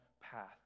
path